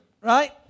right